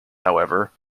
however